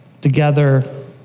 together